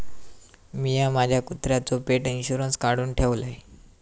मिया माझ्या कुत्र्याचो पेट इंशुरन्स काढुन ठेवलय